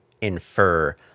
infer